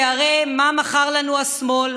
כי הרי מה מכר לנו השמאל?